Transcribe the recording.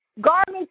Garments